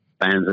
fans